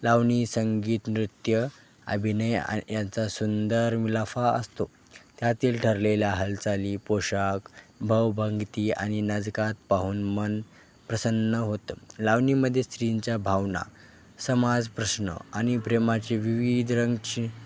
लावणी संगीत नृत्य अभिनय आ यांचा सुंदर मिलाफ असतो त्यातील ठरलेल्या हालचाली पोशाख भावभंगती आणि नजाकत पाहून मन प्रसन्न होतं लावणीमध्ये स्त्रीच्या भावना समाज प्रश्न आणि प्रेमाचे विविध रंगाची